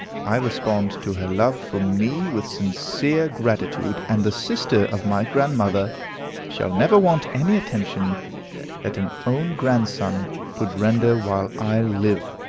i respond to her love for me with sincere gratitude, and the sister of my grandmother shall never want any attention that an own grandson could render while i live.